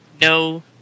No